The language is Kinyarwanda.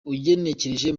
ugenekereje